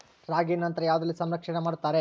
ರಾಗಿಯನ್ನು ನಂತರ ಯಾವುದರಲ್ಲಿ ಸಂರಕ್ಷಣೆ ಮಾಡುತ್ತಾರೆ?